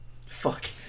Fuck